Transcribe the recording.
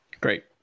great